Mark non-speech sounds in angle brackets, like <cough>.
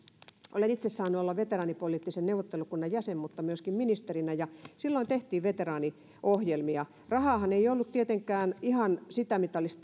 olen itse saanut olla veteraanipoliittisen neuvottelukunnan jäsen mutta myöskin ministerinä ja silloin tehtiin veteraaniohjelmia rahaahan ei ollut tietenkään ihan sitä mitä olisi <unintelligible>